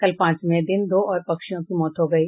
कल पांचवें दिन दो और पक्षियों की मौत हो गयी